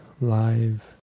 live